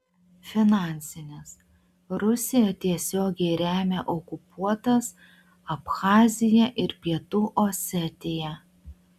finansinis rusija tiesiogiai remia okupuotas abchaziją ir pietų osetiją